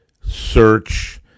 search